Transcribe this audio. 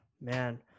man